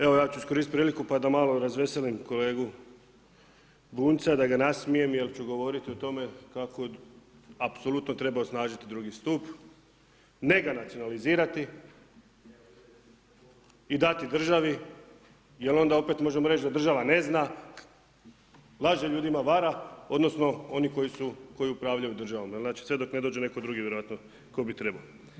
Evo ja ću iskoristit priliku pa da malo razveselim kolegu Bunjca, da ga nasmijem jer ću govorit o tome kako apsolutno treba osnažiti drugi stup, ne ga nacionalizirati i dati državi jer onda opet možemo reći da država ne zna, laže ljudima, vara, odnosno oni koji upravljaju državom, jer sve dok ne dođe netko drugi, vjerojatno tko bi trebao.